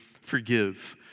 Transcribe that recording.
forgive